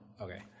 Okay